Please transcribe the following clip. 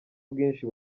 bwinshi